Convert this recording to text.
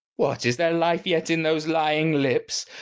what, is there life yet in those lying lips?